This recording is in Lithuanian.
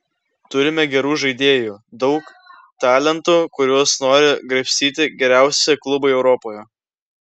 turime gerų žaidėjų daug talentų kuriuos nori graibstyti geriausi klubai europoje